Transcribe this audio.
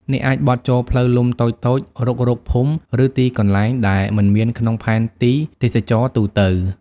អ្នកអាចបត់ចូលផ្លូវលំតូចៗ រុករកភូមិ ឬទីកន្លែងដែលមិនមានក្នុងផែនទីទេសចរណ៍ទូទៅ។